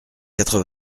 quatre